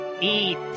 eat